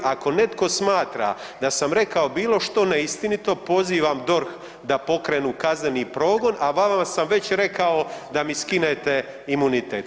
Ako netko smatra da sam rekao bilo što neistinito pozivam DORH da pokrenu kazneni progon, a vama sam već rekao da mi skinete imunitet.